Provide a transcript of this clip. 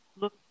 look